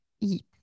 eat